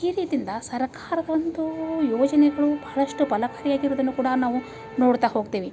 ಈ ರೀತಿಯಿಂದ ಸರಕಾರದ ಒಂದು ಯೋಜನೆಗಳು ಬಹಳಷ್ಟು ಫಲಕಾರಿ ಆಗಿರುವುದನ್ನು ಕೂಡ ನಾವು ನೋಡ್ತಾ ಹೋಗ್ತೀವಿ